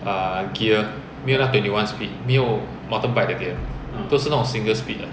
err gear 没有那个 twenty one speed 没有那个 mountain bike 的 gear 都是那种 single speed 的